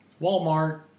Walmart